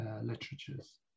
literatures